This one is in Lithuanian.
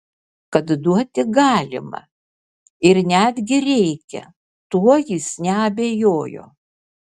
kad duoti galima ir netgi reikia tuo jis neabejojo